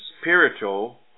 spiritual